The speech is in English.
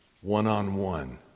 One-on-one